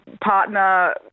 partner